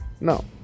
No